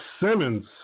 Simmons